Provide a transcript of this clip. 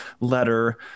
letter